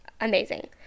amazing